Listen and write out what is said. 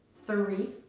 three.